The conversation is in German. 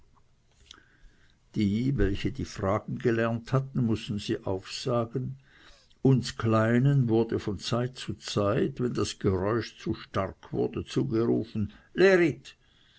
die welche fragen gelernt hatten mußten sie aufsagen uns kleinen wurde von zeit zu zeit wenn das geräusch zu stark wurde zugerufen lerit